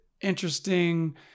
interesting